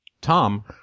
Tom